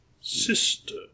Sister